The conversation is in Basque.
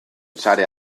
sare